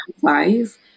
flies